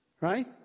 Right